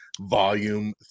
Volume